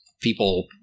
people